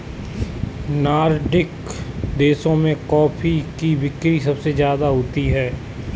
Nordic देशों में coffee की बिक्री सबसे ज्यादा होती है